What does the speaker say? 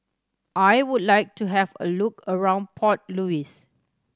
I would like to have a look around Port Louis